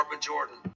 Jordan